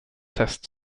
test